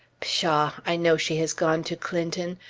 pshaw! i know she has gone to clinton!